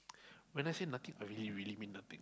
when I say nothing I really really mean nothing